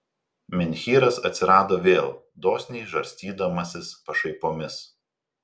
menhyras atsirado vėl dosniai žarstydamasis pašaipomis